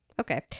okay